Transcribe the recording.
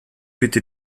bitte